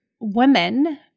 women